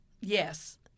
Yes